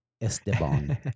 Esteban